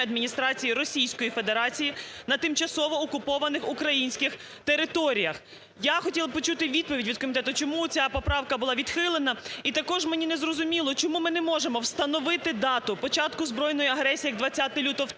адміністрації Російської Федерації на тимчасово окупованих українських територіях". Я хотіла б почути відповідь від комітету, чому ця поправка була відхилена. І також мені не зрозуміло, чому ми не можемо встановити дату початку збройної агресії як 20 лютого